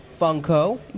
Funko